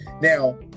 Now